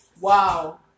Wow